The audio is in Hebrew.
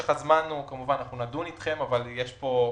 וכמובן שנדון איתכם על משך הזמן.